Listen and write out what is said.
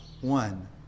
one